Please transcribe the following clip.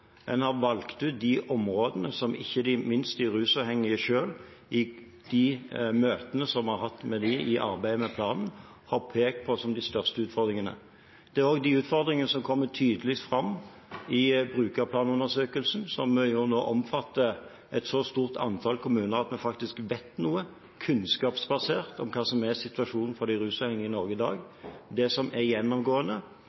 en har valgt ut de områdene som ikke minst de rusavhengige selv i møtene vi har hatt med dem i arbeidet med planen, har pekt på som de største utfordringene. Det er også de utfordringene som kommer tydeligst fram i brukerplanundersøkelsen, som nå omfatter et så stort antall kommuner at vi faktisk vet noe – kunnskapsbasert – om hva som er situasjonen for de rusavhengige i Norge i